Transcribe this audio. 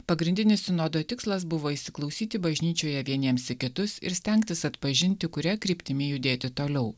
pagrindinis sinodo tikslas buvo įsiklausyti bažnyčioje vieniems į kitus ir stengtis atpažinti kuria kryptimi judėti toliau